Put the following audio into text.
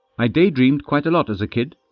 i daydreamed quite a lot as a kid.